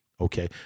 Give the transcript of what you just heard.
okay